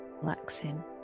relaxing